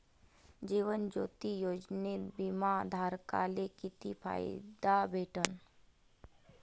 जीवन ज्योती योजनेत बिमा धारकाले किती फायदा भेटन?